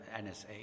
NSA